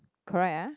correct ah